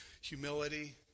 Humility